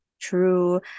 True